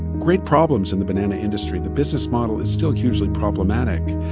great problems in the banana industry. the business model is still hugely problematic.